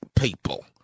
people